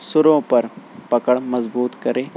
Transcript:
سروں پر پکڑ مضبوط کرے